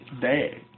day